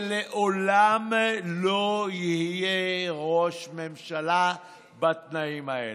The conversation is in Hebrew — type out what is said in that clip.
שלעולם לא יהיה ראש ממשלה בתנאים האלה,